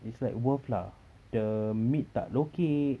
it's like worth lah the meat tak lokek